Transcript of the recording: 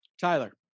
tyler